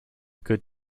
good